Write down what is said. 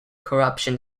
corruption